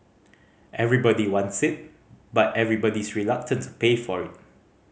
everybody wants it but everybody's reluctant to pay for it